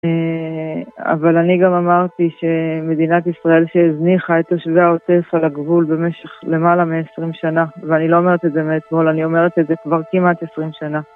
אבל אני גם אמרתי שמדינת ישראל שהזניחה את תושבי העוטף על הגבול במשך למעלה מ-20 שנה, ואני לא אומרת את זה מאתמול, אני אומרת את זה כבר כמעט 20 שנה.